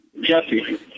Jesse